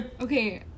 okay